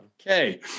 Okay